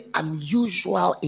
unusual